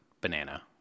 banana